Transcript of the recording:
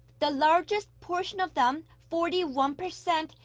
the largest portion of them, forty one percent,